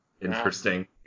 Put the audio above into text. interesting